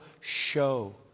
show